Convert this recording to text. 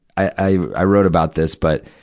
i, i, i wrote about this. but,